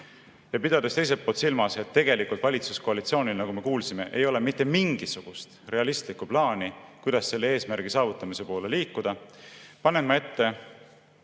ja pidades teiselt poolt silmas, et tegelikult valitsuskoalitsioonil, nagu me kuulsime, ei ole mitte mingisugust realistlikku plaani, kuidas selle eesmärgi saavutamise poole liikuda, panen ma ette